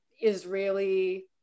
Israeli